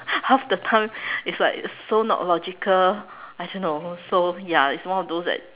half the time it's like so not logical I don't know so ya it's one of those that